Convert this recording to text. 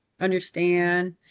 understand